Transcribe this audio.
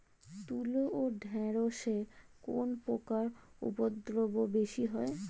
তুলো ও ঢেঁড়সে কোন পোকার উপদ্রব বেশি হয়?